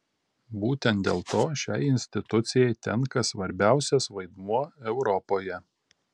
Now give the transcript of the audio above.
būtent dėl to šiai institucijai tenka svarbiausias vaidmuo europoje